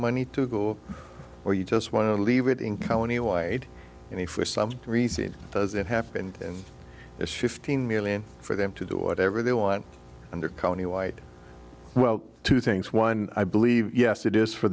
money to go or you just want to leave it in county wide and he for some reason does it happen and it's fifteen million for them to do whatever they want under colony white well two things one i believe yes it is for